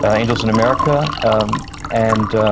and angels in america and